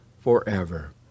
forever